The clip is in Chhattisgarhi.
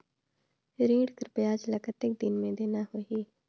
ऋण कर ब्याज ला कतेक दिन मे देना होही?